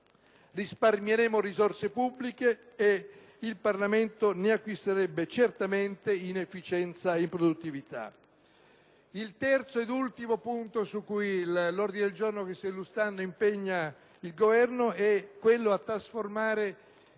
Risparmieremmo risorse pubbliche e il Parlamento ne acquisterebbe certamente in efficienza e produttività. Il terzo ed ultimo punto su cui l'ordine del giorno che sto illustrando impegna il Governo è quello a trasformare